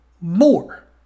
more